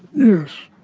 yes.